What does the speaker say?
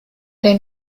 den